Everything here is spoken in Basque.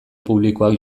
publikoak